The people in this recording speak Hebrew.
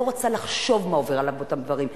לא רוצה לחשוב מה עובר עליו באותם דברים,